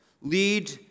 lead